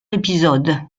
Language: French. épisode